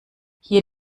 hier